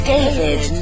David